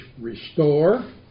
restore